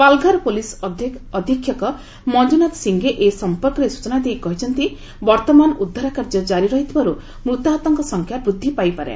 Palghar police ଅଧିକ୍ଷକ ମଞ୍ଜୁନାଥ ସିଂହେ ଏ ସମ୍ପର୍କରେ ସୂଚନା ଦେଇ କହିଛନ୍ତି ବର୍ତ୍ତମାନ ଉଦ୍ଧାର କାର୍ଯ୍ୟ ଜାରି ରହିଥିବାରୁ ମୂତାହତଙ୍କ ସଂଖ୍ୟା ବୃଦ୍ଧି ପାଇପାରେ